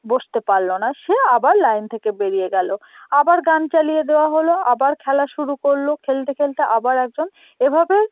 বসতে পারল না সে আবার লাইন থেকে বেরিয়ে গেল আবার গান চালিয়ে দেওয়া হল আবার খেলা শুরু করল খেলতে খেলতে আবার একজন এভাবে